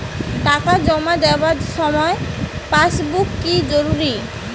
টাকা জমা দেবার সময় পাসবুক কি জরুরি?